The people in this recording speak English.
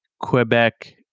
Quebec